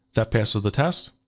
that passes the test.